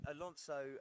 alonso